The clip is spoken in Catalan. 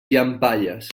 llampaies